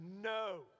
No